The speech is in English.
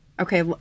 Okay